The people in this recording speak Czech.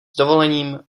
dovolením